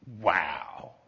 Wow